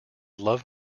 love